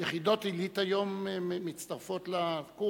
היום יחידות עילית מצטרפות לקורסים.